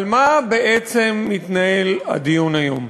על מה בעצם מתנהל הדיון היום?